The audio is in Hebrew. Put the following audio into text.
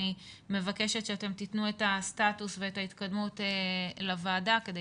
אני מבקשת שאתם תיתנו את הסטטוס ואת ההתקדמות לוועדה כדי